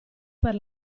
per